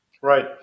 Right